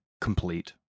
complete